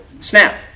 snap